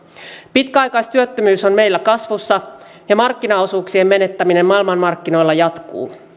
pitkäaikaistyöttömyys on meillä kasvussa ja markkinaosuuksien menettäminen maailmanmarkkinoilla jatkuu